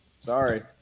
Sorry